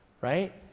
right